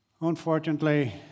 Unfortunately